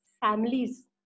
families